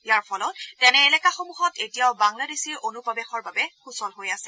ইয়াৰ ফলত তেনে এলেকাসমূহ এতিয়াও বাংলাদেশীৰ অনুপ্ৰৱেশৰ বাবে সুচল হৈ আছে